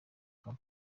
gabon